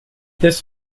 this